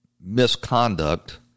misconduct